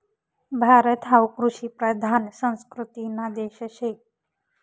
भारत हावू कृषिप्रधान संस्कृतीना देश शे